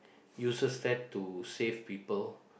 uses that to save people